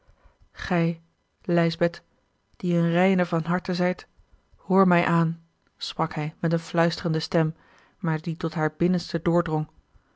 gij lijsbeth die eene reine van harte zijt hoor mij aan sprak hij met eene fluisterende stem maar die tot haar binnenste